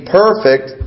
perfect